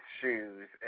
shoes